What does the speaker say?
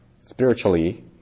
Spiritually